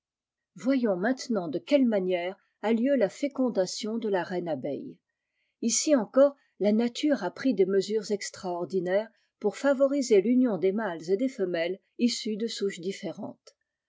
soyons maintenant de quelle manière a lieu la fécondation de la reine abeille ici encore la nature a pris des mesures extraordinaires pour favoriser tunion des mâles et des femelles ssus de souches différentes